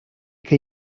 que